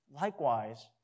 Likewise